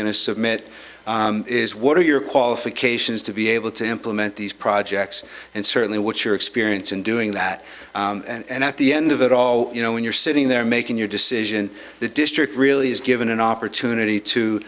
going to submit is what are your qualifications to be able to implement these projects and certainly what your experience in doing that and at the end of it all you know when you're sitting there making your decision the district really is given an opportunity to